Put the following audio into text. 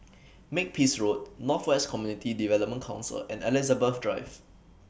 Makepeace Road North West Community Development Council and Elizabeth Drive